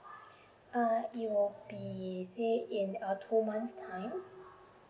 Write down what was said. err it would be say in two months time